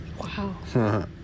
Wow